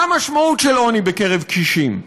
מה המשמעות של עוני בקרב קשישים?